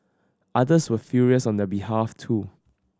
others were furious on their behalf too